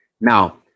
Now